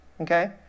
Okay